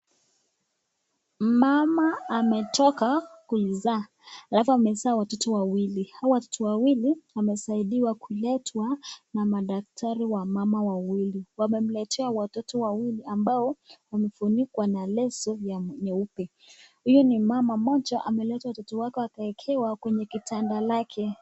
Mama ametoka kuzaa alafu ameza watoto wawili. Hawa watoto wawili wamesaidiwa kuletwa na madaktari wa mama wawili, wamemletea watoto wawili ambao wefunikwa na leso nyeupe. Huyu ni mama mmoja ameleta watoto wake wakaekewa kwenye kitanda lake.